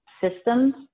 systems